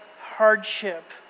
hardship